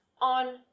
on